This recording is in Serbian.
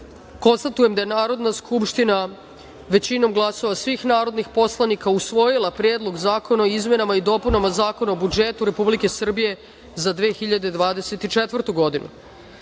vam. Konstatujem da je Narodna skupština većinom glasova svih narodnih poslanika usvojila Predlog zakona o izmenama i dopunama Zakona o budžetu Republike Srbije za 2024. godinu. Sada